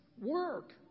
work